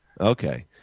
Okay